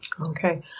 Okay